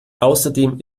außerdem